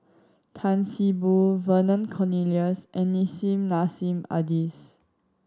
Tan See Boo Vernon Cornelius and Nissim Nassim Adis